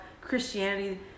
Christianity